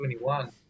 21